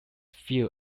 fuel